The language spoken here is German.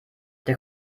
der